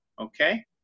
Okay